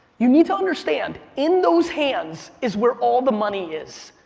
you need to understand in those hands is where all the money is.